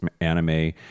anime